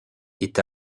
est